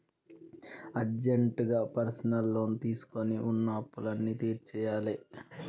అర్జెంటుగా personal loan తీసుకొని వున్న అప్పులన్నీ తీర్చేయ్యాలే